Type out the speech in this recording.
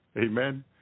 Amen